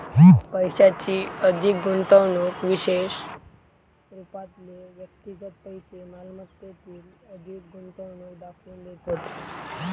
पैशाची अधिक गुंतवणूक विशेष रूपातले व्यक्तिगत पैशै मालमत्तेतील अधिक गुंतवणूक दाखवून देतत